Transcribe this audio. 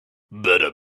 better